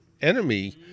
enemy